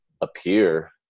appear